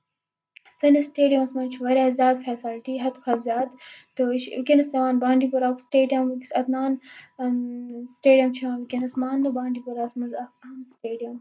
سٲنِس سِٹیڈیمَس منٛز چھُ واریاہ زیادٕ فیسلٹی حدٕ کھۄتہٕ زیادٕ تہٕ یہِ چھُ ؤنکیٚنس یِوان بانڈی پوارہُک سِٹیڈیم سِٹیڈیم چھُ یِوان ؤنکیٚنس ماننہٕ بَنڈی پوراہَس منٛز اکھ اَہم سِٹیڈیَم